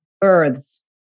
births